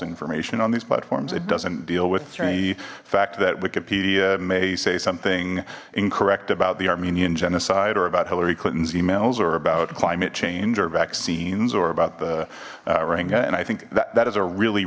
information on these platforms it doesn't deal with the fact that wikipedia may say something incorrect about the armenian genocide or about hillary clinton's emails or about climate change or vaccines or about the renga and i think that is a really